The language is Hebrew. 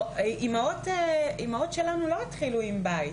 האימהות שלנו לא התחילו עם בית.